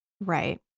Right